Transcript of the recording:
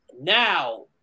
now